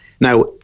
Now